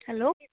hello